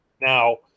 Now